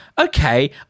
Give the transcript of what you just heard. okay